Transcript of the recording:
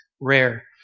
rare